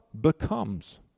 becomes